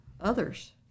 others